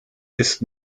ist